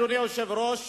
אדוני היושב-ראש,